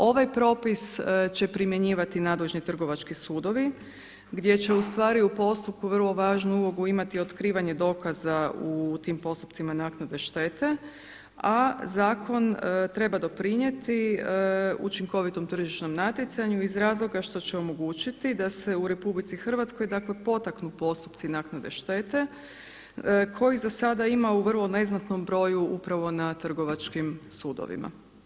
Ovaj propis će primjenjivati nadležni trgovački sudovi, gdje će u stvari u postupku vrlo važnu ulogu imati otkrivanje dokaza u tim postupcima naknade štete, a zakon treba doprinijeti učinkovitom tržišnom natjecanju iz razloga što će omogućiti da se u RH, dakle potaknu postupci naknade štete kojih za sada ima u vrlo neznatnom broju upravo na Trgovačkim sudovima.